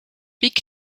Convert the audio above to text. pikk